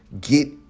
get